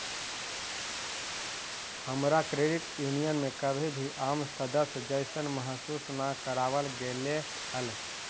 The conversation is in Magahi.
हमरा क्रेडिट यूनियन में कभी भी आम सदस्य जइसन महसूस न कराबल गेलई हल